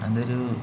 അതൊരു